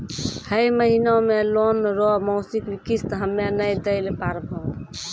है महिना मे लोन रो मासिक किस्त हम्मे नै दैल पारबौं